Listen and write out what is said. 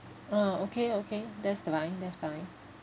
ah okay okay that's fine that's fine